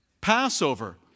Passover